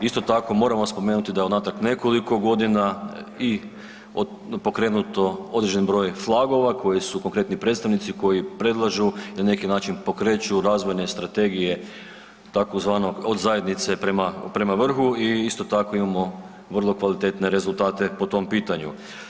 Isto tako moram vam spomenuti da je unatrag nekoliko godina i pokrenuto određeni broj flagova koji su konkretni predstavnici koji predlažu i na neki način pokreću razvojne strategije tzv. od zajednice prema, prema vrhu i isto tako imamo vrlo kvalitetne rezultate po tom pitanju.